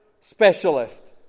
specialist